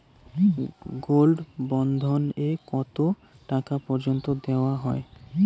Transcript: Gold bond এ কতো টাকা পর্যন্ত দেওয়া হয়?